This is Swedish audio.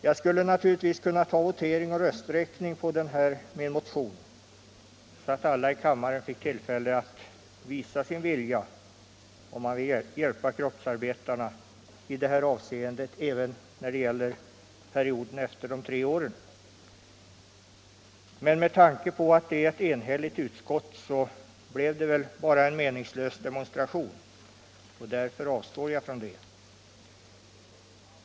Jag skulle naturligtvis kunna begära votering och rösträkning om min motion, så att alla i kammaren fick tillfälle att visa om de har vilja att hjälpa kroppsarbetarna i det här avseendet även när det gäller tiden efter de tre åren. Men med tanke på att det är ett enhälligt utskott som står bakom betänkandet skulle det väl bara bli en meningslös demonstration, och därför avstår jag från detta.